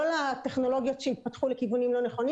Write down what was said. לא לטכנולוגיות שיתפתחו לכיוונים לא נכונים